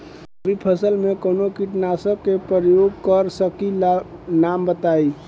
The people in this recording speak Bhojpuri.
रबी फसल में कवनो कीटनाशक के परयोग कर सकी ला नाम बताईं?